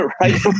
right